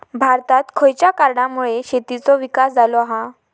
भारतात खयच्या कारणांमुळे शेतीचो विकास झालो हा?